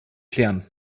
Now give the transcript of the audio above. klären